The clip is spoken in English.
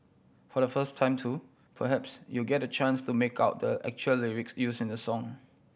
for the first time too perhaps you'll get the chance to make out the actual lyrics used in the song